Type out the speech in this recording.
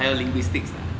还有 linguistics lah